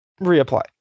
reapply